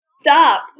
Stop